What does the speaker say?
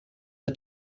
the